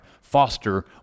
foster